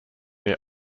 near